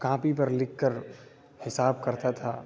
copy پر لکھ کر حساب کرتا تھا